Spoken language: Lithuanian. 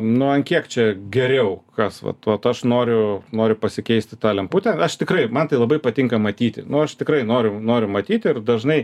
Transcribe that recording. nu an kiek čia geriau kas vat vat aš noriu noriu pasikeisti tą lemputę aš tikrai man tai labai patinka matyti nu aš tikrai noriu noriu matyti ir dažnai